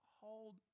hold